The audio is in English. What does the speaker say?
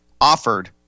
offered